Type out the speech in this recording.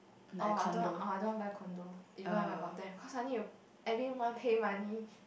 oh I don't want I don't want buy condo even if I got ten million cause I need to every month pay money